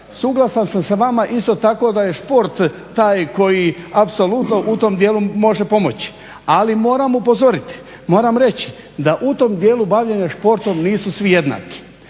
Suglasan sam sa vama isto tako da je šport taj koji apsolutno u tom dijelu može pomoći. Ali, moram upozoriti, moram reći da u tom dijelu bavljenja športom nisu svi jednaki.